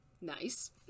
nice